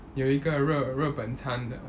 有一个日日本餐的